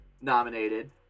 nominated